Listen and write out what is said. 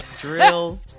drill